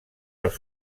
els